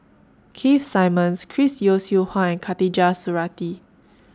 Keith Simmons Chris Yeo Siew Hua and Khatijah Surattee